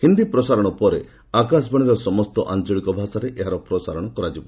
ହିନ୍ଦୀ ପ୍ରସାରଣ ପରେ ଆକାଶବାଣୀ ସମସ୍ତ ଆଞ୍ଚଳିକ ଭାଷାରେ ଏହାର ପ୍ରସାରଣ କରିବ